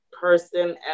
person